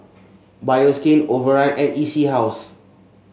Bioskin Overrun and E C House